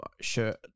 shirt